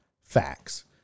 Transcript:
Facts